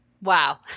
Wow